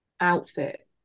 outfit